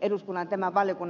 eduskunnan tämän valiokunnan taakse